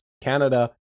Canada